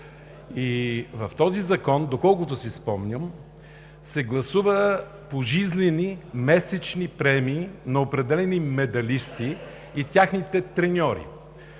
В този закон, доколкото си спомням, се гласуваха пожизнени месечни премии на определени медалисти и техните треньори.